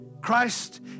Christ